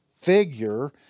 figure